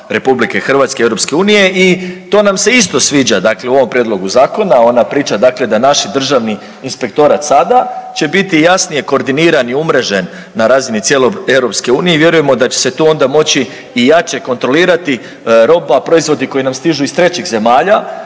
propisima RH i EU i to nam se isto sviđa, dakle u ovom prijedlogu zakona, onda priča dakle da naši Državni inspektorat sada će biti jasnije koordiniran i umrežen na razini cijele EU i vjerujemo da će se tu onda moći i jače kontrolirati roba, proizvodi koji nam stižu iz Trećih zemalja,